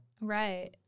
right